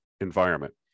environment